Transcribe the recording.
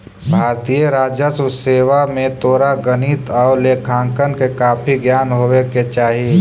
भारतीय राजस्व सेवा में तोरा गणित आउ लेखांकन के काफी ज्ञान होवे के चाहि